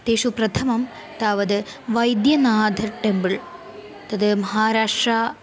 तेषु प्रथमं तावत् वैद्यनाथ टेम्पळ् तत् महाराष्ट्रा